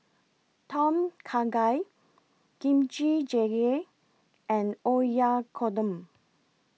Tom Kha Gai Kimchi Jjigae and Oyakodon